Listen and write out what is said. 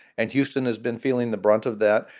and houston has been feeling the brunt of that.